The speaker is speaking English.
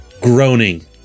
Groaning